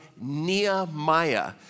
Nehemiah